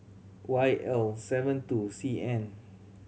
Y L seven two C N